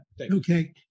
okay